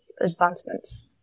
advancements